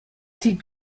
zieht